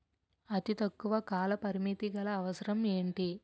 అతి తక్కువ కాల పరిమితి గల అవసరం ఏంటి